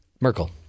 Merkel